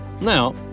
Now